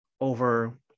over